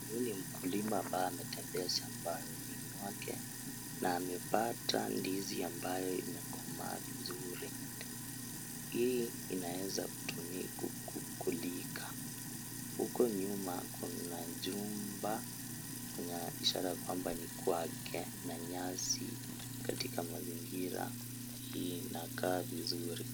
Huyu ni mkulima ambaye ametenbea shambani mwake na amepata ndizi ambayo inakomaa vizuri. Hii inaeza kukulika. Uko nyuma kuna jumba, ina ishara kwamba ni kwake na nyasi katika mazingira hii inakaa vizuri.